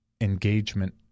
engagement